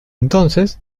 entonces